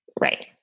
Right